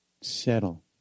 settle